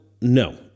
no